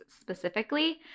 specifically